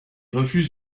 refuse